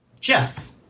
Jeff